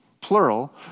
plural